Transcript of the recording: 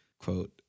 quote